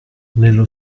nello